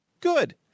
good